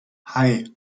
hei